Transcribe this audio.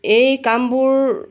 এই কামবোৰ